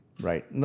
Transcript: Right